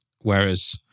Whereas